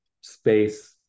space